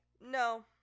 no